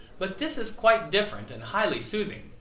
but this is quite different and highly soothing.